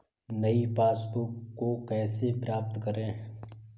नई पासबुक को कैसे प्राप्त करें?